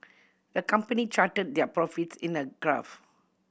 the company charted their profits in a graph